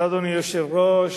אדוני היושב-ראש,